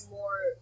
more